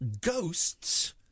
ghosts